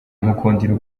mukundira